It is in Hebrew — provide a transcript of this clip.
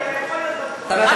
ראש.